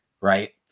right